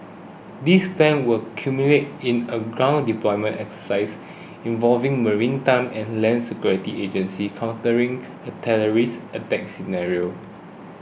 this plan will culminate in a ground deployment exercise involving maritime and land security agencies countering a terrorist attack scenario